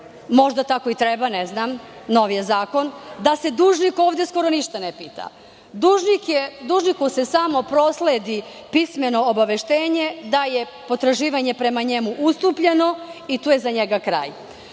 možda tako i treba, ne znam, nov je zakon, da se dužnik ništa ne pita. Dužniku se samo prosledi pismeno obaveštenje da je potraživanje prema njemu ustupljeno i tu je za njega kraj.